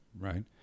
Right